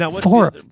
Four